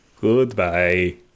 Goodbye